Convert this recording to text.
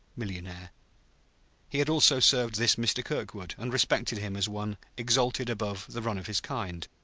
millionaire he had also served this mr. kirkwood, and respected him as one exalted above the run of his kind,